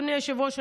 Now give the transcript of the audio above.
אדוני היושב-ראש,